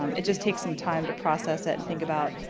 um it just takes some time to process it and think about,